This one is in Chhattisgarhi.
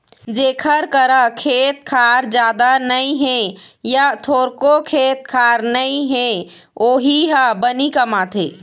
जेखर करा खेत खार जादा नइ हे य थोरको खेत खार नइ हे वोही ह बनी कमाथे